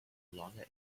longer